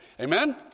Amen